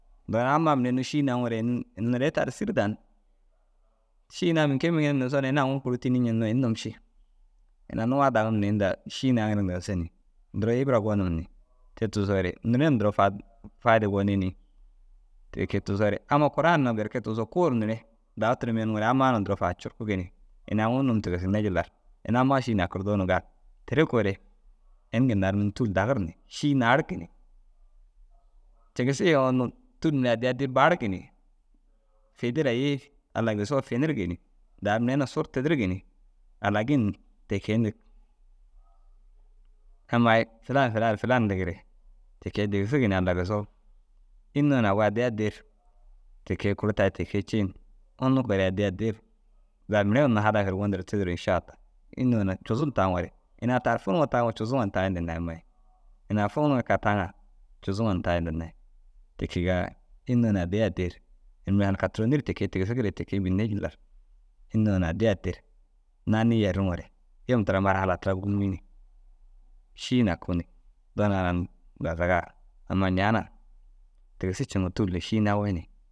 Doona ammaa mire šîi naaŋoore in in neere tira ru sîri danni šîi naam înni kege ru migini ntigisoo na ini aŋuu kuru tînii ncii hinnoo ini num ši. Ina nuwaa dagum ni inda šîi naaŋire ntigisi ni duro hîbira gonum ni te tigisoore neere faida gonii ni. Te kee tigisoore amma kuraan na berke tigisoo kuu ru neere dau tirim yeniŋoore ammaa na duro faar curukugi ni ini aŋuu num tigisinne jillar ini amma u šîi nakirdoo na gali. Teere koore ini ginna ru bini tûl dagir ni šîi naarigi ni. Tigisu yenigoo tûl mire addii addii ru baarigini fidi raa yii. Allai gisoo finirig ni daa mire na suru tidirig ni « alagin » ti kee indig. Ammai « filan filan filan » yindigire ti kee digisig ni Allai gisoo. Unnu yoo na agu addii addii ru te kee kuru tayi ti kee ciin unnu kogoore addi addii ru zaga mire hadaf ru gondir tidiruu inša allaah înni yoo na cuzum taaŋore « ini ai taar funuŋo taŋaa cuzuŋo na tayi » ndinai ammai. « Ini ai funuŋo ai kee taaŋa cuzuŋo taayi » indinai. Ti kegaa înni yoo na addi addii ru ini mire halka turonii ru ti kee tigisire ti kee bênne jillar înni yoo na addii addii ru naanii yeriŋoore yim tiroma haala tira gûmii ni šîi naku ni doona ara unnu dazagaa a aũma ñaana gitisu ceŋoo tûl lu šîi nawe ni.